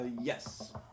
yes